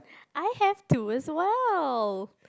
I have two as well